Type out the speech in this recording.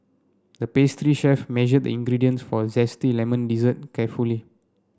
the pastry chef measured the ingredients for a zesty lemon dessert carefully